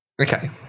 Okay